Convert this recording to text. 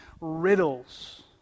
riddles